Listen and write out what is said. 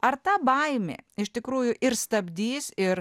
ar ta baimė iš tikrųjų ir stabdys ir